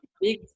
big